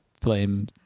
flame